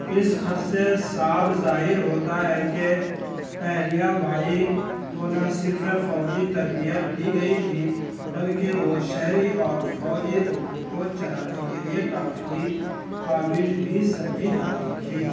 اس خط سے صاف ظاہر ہوتا ہے کہ اہلیا بائی کو نہ صرف فوجی تربیت دی گئی تھی بلکہ وہ شہری اور فوجی امور کو چلانے کے لیے کافی قابل بھی سمجھی جاتی تھی